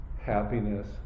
happiness